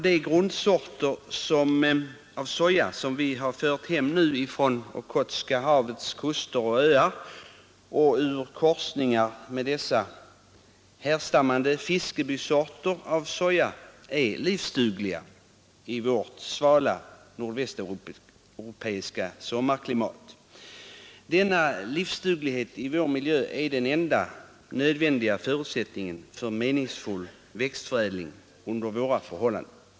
De grundsorter av soja som vi har fört hem från Okhotska havets kuster och öar och ur korsningar med dessa härstammande Fiskebysorter av soja är livsdugliga i vårt svala nordvästeuropeiska sommarklimat. Denna livsduglighet i vår miljö är den enda nödvändiga förutsättningen för meningsfull växtförädling under våra förhållanden.